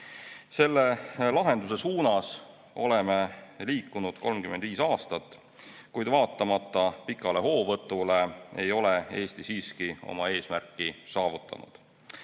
Selle lahenduse suunas oleme liikunud 35 aastat, kuid vaatamata pikale hoovõtule ei ole Eesti siiski oma eesmärki saavutanud.